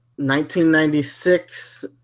1996